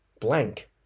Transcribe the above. blank